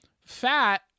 fat